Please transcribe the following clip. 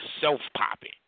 self-popping